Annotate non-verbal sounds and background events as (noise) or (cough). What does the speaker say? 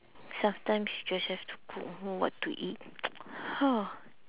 sometimes you just have to cook don't know what to eat (noise) ha